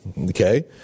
okay